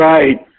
Right